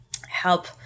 help